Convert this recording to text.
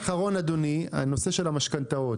נושא המשכנתאות.